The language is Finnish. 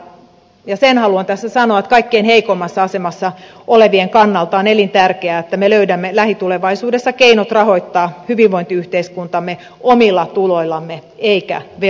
sen haluan tässä sanoa että kaikkein heikoimmassa asemassa olevien kannalta on elintärkeää että me löydämme lähitulevaisuudessa keinot rahoittaa hyvinvointiyhteiskuntamme omilla tuloillamme eikä velaksi